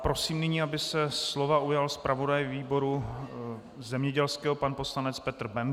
Prosím nyní, aby se slova ujal zpravodaj výboru zemědělského pan poslanec Petr Bendl.